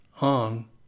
on